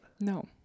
No